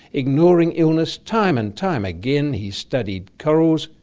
ignoring illness time and time again he studied corals,